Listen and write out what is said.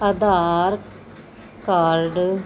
Aadhaar card